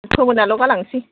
फोमोनाल' गालांसै